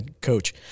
Coach